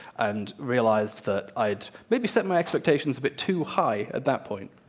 and realized that i'd maybe set my expectations a bit too high at that point.